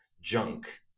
Junk